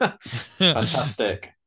Fantastic